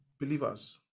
believers